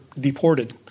deported